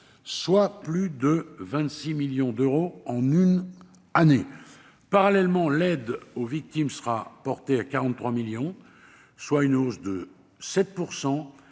soit une hausse de 26 millions d'euros en une année. Parallèlement, l'aide aux victimes sera portée à 43 millions d'euros, soit une hausse de 7